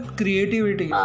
creativity